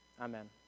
Amen